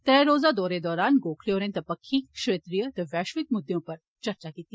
त्रै रोज़ा दौरे दौरान गोखले होरें दपक्खी क्षेत्रिय ते वैष्विक मुद्दे उप्पर चर्चा कीती